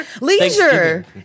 Leisure